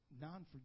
non